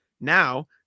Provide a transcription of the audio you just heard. Now